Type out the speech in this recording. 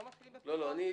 לא --- ואחר כך,